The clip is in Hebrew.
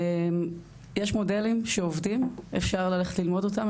יש מודלים שעובדים ואפשר ללכת ללמוד אותם,